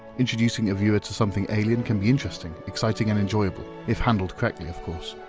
introducing a viewer to something alien can be interesting, exciting, and enjoyable. if handled correctly, of course.